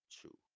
true